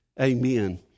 Amen